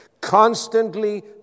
constantly